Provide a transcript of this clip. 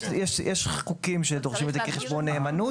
יש חוקים שדורשים את זה כחשבון נאמנות